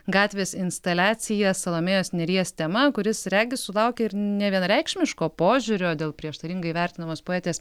gatvės instaliacija salomėjos nėries tema kuris regis sulaukė ir nevienareikšmiško požiūrio dėl prieštaringai vertinamos poetės